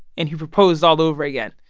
and he proposed all over again,